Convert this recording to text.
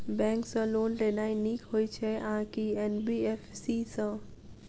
Bank सँ loan लेनाय नीक होइ छै आ की एन.बी.एफ.सी सँ?